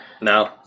No